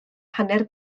hanner